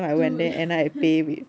do it